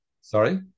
sorry